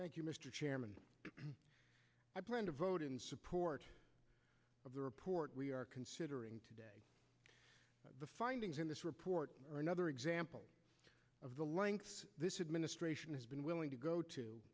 you mr chairman brenda vote in support of the report we are considering today the findings in this report are another example of the lengths this administration has been willing to go to